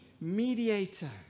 mediator